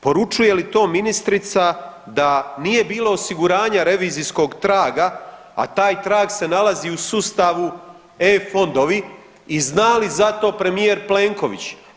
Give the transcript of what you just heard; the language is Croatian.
Poručuje li to ministrica da nije bilo osiguranja revizijskog traga, a taj trag se nalazi u sustavu e-fondovi i zna li za to premijer Plenković?